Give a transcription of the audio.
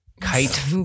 kite